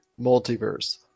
Multiverse